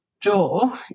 jaw